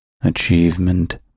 achievement